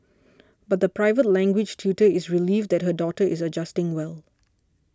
but the private language tutor is relieved that her daughter is adjusting well